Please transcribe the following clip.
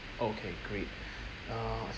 oh okay great uh